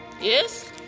Yes